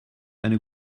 eine